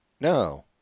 No